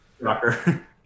Rocker